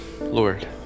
Lord